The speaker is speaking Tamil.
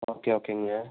ஓகே ஓகேங்க